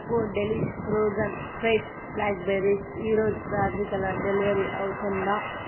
నాకు delish frozen fresh black berries ఈరోజు రాత్రికల్లా డెలివరీ అవుతుందా